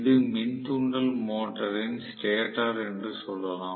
இது மின் தூண்டல் மோட்டாரின் ஸ்டேட்டர் என்று சொல்லலாம்